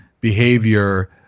behavior